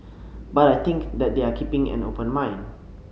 but I think that they are keeping an open mind